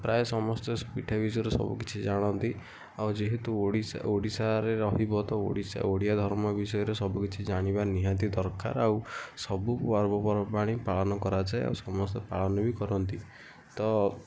ପ୍ରାୟ ସମସ୍ତେ ପିଠା ବିଷୟରେ ସବୁ କିଛି ଜାଣନ୍ତି ଆଉ ଯେହେତୁ ଓଡ଼ିଶା ଓଡ଼ିଶାରେ ରହିବ ତ ଓଡ଼ିଶା ଓଡ଼ିଆ ଧର୍ମ ବିଷୟରେ ସବୁ କିଛି ଜାଣିବା ନିହାତି ଦରକାର ଆଉ ସବୁ ପର୍ବପର୍ବାଣି ପାଳନ କରାଯାଏ ଆଉ ସମସ୍ତେ ପାଳନ ବି କରନ୍ତି ତ